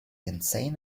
insane